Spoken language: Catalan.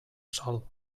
sol